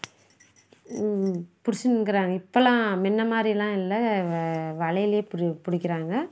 பிடிச்சுன்னுக்குறாங்க இப்பெல்லாம் முன்னமாரிலாம் இல்லை வலைலேயே புடு பிடிக்கிறாங்க